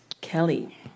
Kelly